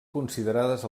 considerades